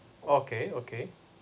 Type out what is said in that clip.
okay okay